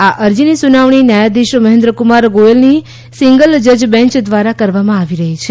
આ અરજીની સુનાવણી ન્યાયાધીશ મહેન્દ્રકુમાર ગોયલની સિંગલ જજ બેંચ દ્વારા કરવામાં આવી રહી છે